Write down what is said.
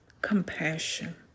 compassion